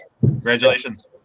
Congratulations